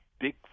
big